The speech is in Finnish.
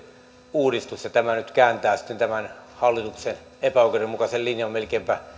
uudistus ja tämä nyt kääntää sitten tämän hallituksen epäoikeudenmukaisen linjan melkeinpä